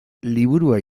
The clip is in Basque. liburua